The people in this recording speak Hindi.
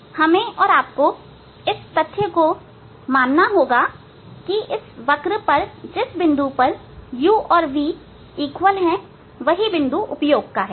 हमें और आपको इस तथ्य को मानना होगा कि इस वक्र पर जिस बिंदु पर u और v का मान समान है वही बिंदु हमारे उपयोग का है